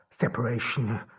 separation